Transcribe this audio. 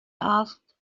asked